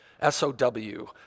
S-O-W